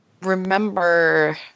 remember